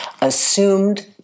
assumed